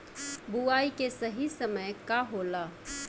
बुआई के सही समय का होला?